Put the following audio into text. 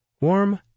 Warm